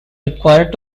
required